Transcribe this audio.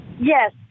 Yes